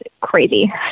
crazy